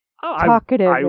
talkative